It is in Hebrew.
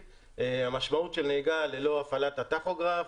המשמעות של נהיגה ללא הפעלת הטכוגרף,